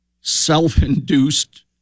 self-induced